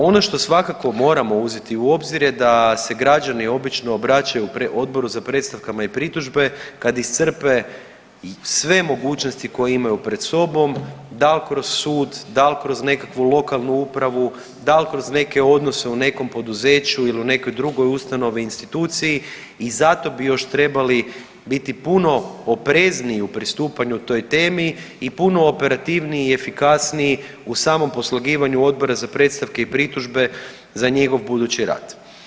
Ono što svakako moramo uzeti u obzir je da se građani obično obraćaju Odboru za predstavkama i pritužbe kad iscrpe sve mogućnosti koje imaju pred sobom, dal kroz sud, dal kroz nekakvu lokalu upravu, dal kroz neke odnose u nekom poduzeću il u nekoj drugoj ustanovi i instituciji i zato bi još trebali biti puno oprezniji u pristupanju toj temi i puno operativniji i efikasniji u samom poslagivanju Odbora za predstavke i pritužbe za njihov budući rad.